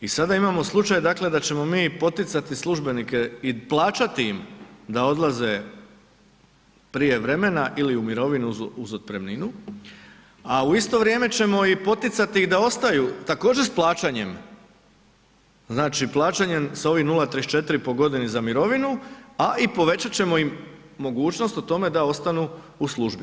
I sada imamo slučaj da ćemo mi poticati službenike i plaćati im da odlaze prije vremena ili u mirovinu uz otpremninu, a u isto vrijeme ćemo i poticati da ostaju također s plaćanjem, znači s plaćanjem sa ovim 0,34 po godini za mirovinu, a i povećat ćemo im po mogućnosti o tome da ostanu u službi.